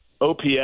OPS